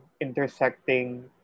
intersecting